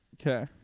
Okay